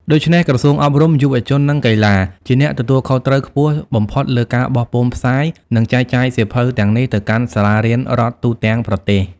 ដូច្នេះ ក្រសួងអប់រំ យុវជន និងកីឡា ជាអ្នកទទួលខុសត្រូវខ្ពស់បំផុតលើការបោះពុម្ពផ្សាយ និងចែកចាយសៀវភៅទាំងនេះទៅកាន់សាលារៀនរដ្ឋទូទាំងប្រទេស។